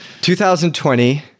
2020